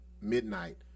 midnight